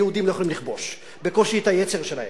היהודים לא יכולים לכבוש, בקושי את היצר שלהם.